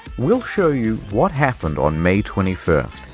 we'll show you what happened on may twenty first,